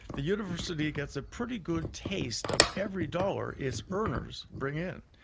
the university gets a pretty good taste of every dollar its earners bring in.